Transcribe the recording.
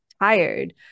tired